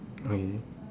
okay